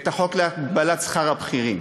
את החוק להגבלת שכר הבכירים.